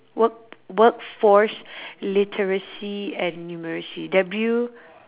work workforce literacy and numeracy W